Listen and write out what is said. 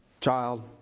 child